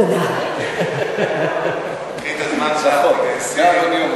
קחי את הזמן שלך, תגייסי.